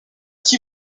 qui